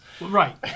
Right